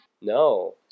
No